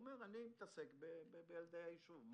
הוא אומר: "אני מתעסק בילדי היישוב".